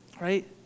right